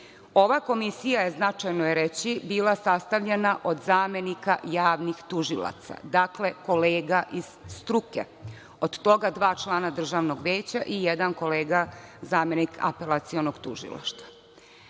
Ova komisija je, značajno je reći, bila sastavljena od zamenika javnih tužilaca, dakle kolega iz struke. Od toga dva člana Državnog veća i jedan kolega zamenik Apelacionog tužilaštva. Nakon